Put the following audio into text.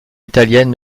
italiennes